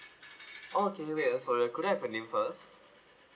okay wait uh sorry could I have your name first